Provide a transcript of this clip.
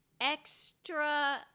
extra